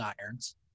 irons